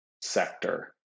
sector